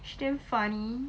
she damn funny